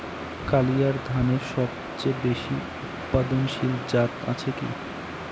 কালিরাই ধানের সবচেয়ে বেশি উৎপাদনশীল জাত আছে কি?